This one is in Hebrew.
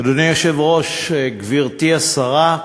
אדוני היושב-ראש, גברתי השרה,